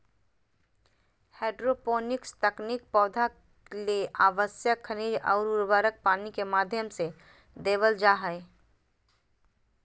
hydroponics तकनीक पौधा ले आवश्यक खनिज अउर उर्वरक पानी के माध्यम से देवल जा हई